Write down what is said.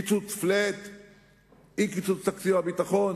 וכן קיצוץ flat ואי-קיצוץ תקציב הביטחון.